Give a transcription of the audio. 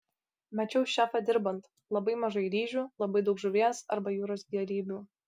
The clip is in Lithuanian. mačiau šefą dirbant labai mažai ryžių labai daug žuvies arba jūros gėrybių